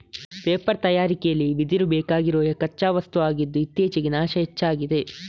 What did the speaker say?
paper ತಯಾರಿಕೆಲಿ ಬಿದಿರು ಬೇಕಾಗಿರುವ ಕಚ್ಚಾ ವಸ್ತು ಆಗಿದ್ದು ಇತ್ತೀಚೆಗೆ ನಾಶ ಹೆಚ್ಚಾಗಿದೆ